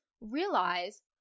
realize